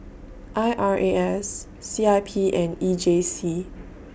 I R A S C I P and E J C